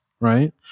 right